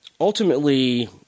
ultimately